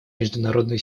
международную